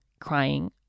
crying